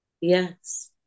Yes